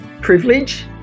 privilege